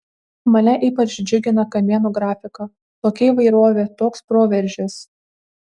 mane ypač džiugina kamienų grafika tokia įvairovė toks proveržis